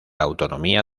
autonomía